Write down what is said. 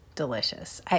delicious